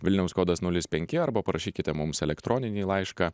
vilniaus kodas nulis penki arba parašykite mums elektroninį laišką